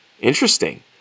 interesting